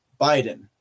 Biden